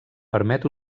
permet